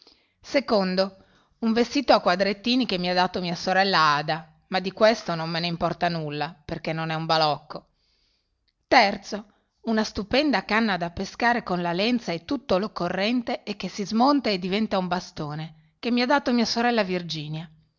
un vestito a quadrettini che mi ha dato mia sorella ada ma di questo non me ne importa nulla perché non è un balocco na stupenda canna da pescare con la lenza e tutto l'occorrente e che si smonta e diventa un bastone che mi ha dato mia sorella virginia